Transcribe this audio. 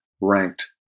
ranked